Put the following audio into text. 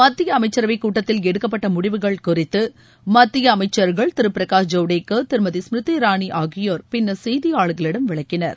மத்திய அமைச்சரவை கூட்டத்தில் எடுக்கப்பட்ட முடிவுகள் குறித்து மத்திய அமைச்சர்கள் திரு பிரகாஷ் ஜவடேகர் திருமதி ஸ்மிருதி இராணி ஆகியோர் பின்னர் செய்தியாளர்களிடம் விளக்கினர்